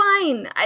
fine